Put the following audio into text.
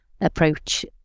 approach